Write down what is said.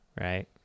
right